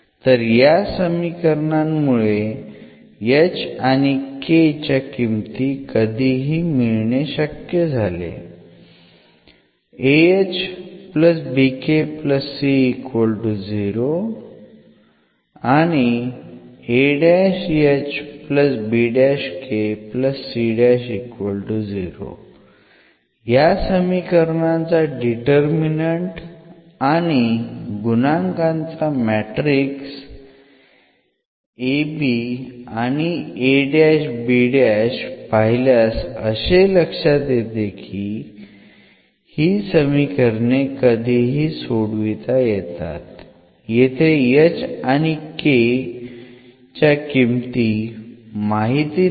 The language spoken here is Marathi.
तर या समीकरणांमुळे h आणि k च्या किमती कधीही मिळविणे शक्य झाले या समीकरणांचा डिटर्मिनन्ट आणि गुणांकाचा मॅट्रिक्स a b आणि पाहिल्यास असे लक्षात येते की ही समीकरणे कधीही सोडविता येतात येथे h आणि k च्या किमती माहिती नाही